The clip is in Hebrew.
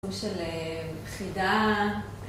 של חידה